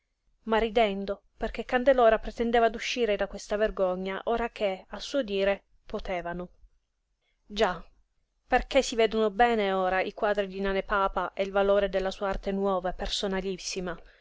ma ridendo perché candelora pretendeva d'uscire da questa vergogna ora che a suo dire potevano già perché si vendono bene ora i quadri di nane papa e il valore della sua arte nuova personalissima s'è